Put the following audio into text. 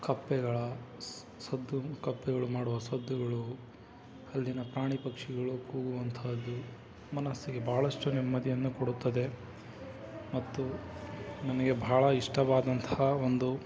ಕಪ್ಪೆಗಳ ಸದ್ದು ಕಪ್ಪೆಗಳು ಮಾಡುವ ಸದ್ದುಗಳು ಅಲ್ಲಿನ ಪ್ರಾಣಿ ಪಕ್ಷಿಗಳು ಕೂಗುವಂಥದ್ದು ಮನಸ್ಸಿಗೆ ಭಾಳಷ್ಟು ನೆಮ್ಮದಿಯನ್ನು ಕೊಡುತ್ತದೆ ಮತ್ತು ನನಗೆ ಭಾಳ ಇಷ್ಟವಾದಂಥ ಒಂದು